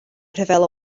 rhyfel